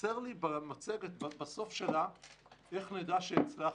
חסר לי בסוף המצגת איך נדע שהצלחנו.